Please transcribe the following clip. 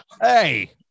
Hey